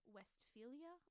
Westphalia